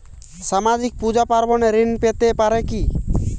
সামাজিক পূজা পার্বণে ঋণ পেতে পারে কি?